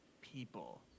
people